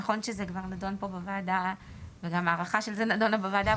נכון שזה כבר נדון פה בוועדה וגם ההארכה של זה נדונה בוועדה,